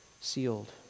sealed